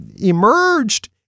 emerged